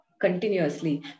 continuously